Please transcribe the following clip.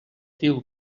diu